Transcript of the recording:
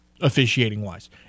officiating-wise